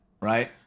right